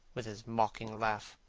with his mocking laugh?